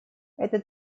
это